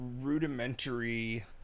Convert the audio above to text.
rudimentary